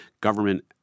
Government